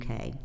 UK